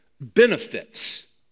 benefits